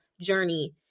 journey